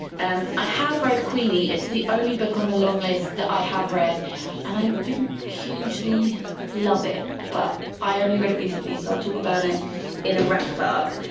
and i have read queenie, it's the only book on the long list that i have read and i didn't hugely love it but i only read it recently so i'll talk about it in a wrap up.